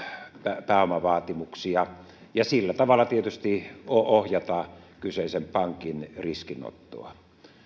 lisäpääomavaatimuksia ja sillä tavalla tietysti ohjata kyseisen pankin riskinottoa